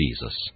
Jesus